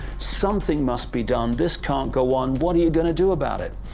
something must be done. this can't go on, what are you going do about it?